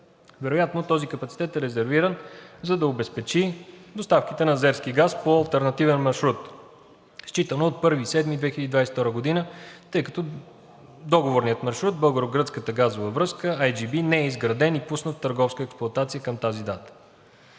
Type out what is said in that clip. Вероятно този капацитет е резервиран, за да обезпечи доставките на азерски газ по алтернативен маршрут считано от 1 юли 2022 г., тъй като договорният маршрут (българо-гръцката газова връзка – IGB) не е изграден и пуснат в търговска експлоатация към тази дата.